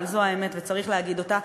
אבל זו האמת וצריך להגיד אותה,